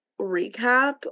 recap